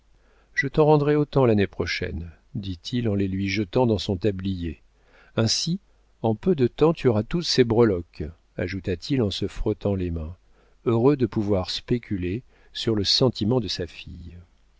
je t'en rendrai autant l'année prochaine dit-il en les lui jetant dans son tablier ainsi en peu de temps tu auras toutes ses breloques ajouta-t-il en se frottant les mains heureux de pouvoir spéculer sur le sentiment de sa fille